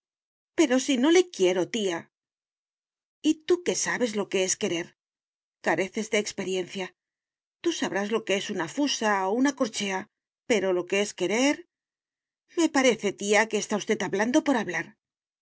pero si no le quiero tía y tú qué sabes lo que es querer careces de experiencia tú sabrás lo que es una fusa o una corchea pero lo que es querer me parece tía que está usted hablando por hablar